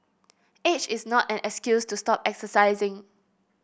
age is not an excuse to stop exercising